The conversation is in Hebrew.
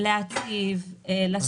להציב, לשים.